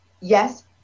Yes